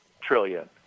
trillion